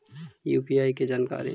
UPI के जानकारी?